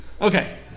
Okay